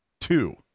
Two